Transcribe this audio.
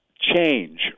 change